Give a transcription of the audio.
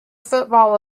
football